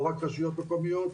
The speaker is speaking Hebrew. לא רק רשויות מקומית.